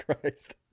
Christ